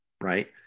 right